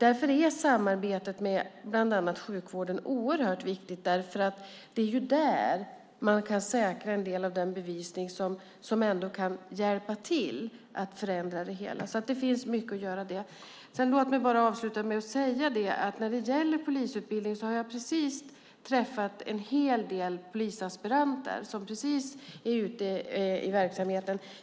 Därför är samarbetet med bland annat sjukvården oerhört viktigt, för det är där man kan säkra en del av den bevisning som kan vara till hjälp. Så det finns mycket att göra där. Låt mig avsluta med att säga att när det gäller polisutbildning har jag precis träffat en hel del polisaspiranter som är ute i verksamheten.